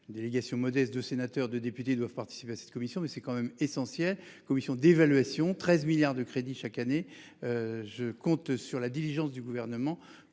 Délégation modeste de sénateurs de députés doivent participer à cette commission, mais c'est quand même essentiel. Commission d'évaluation, 13 milliards de crédits chaque année. Je compte sur la diligence du gouvernement pour